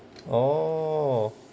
oh